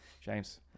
James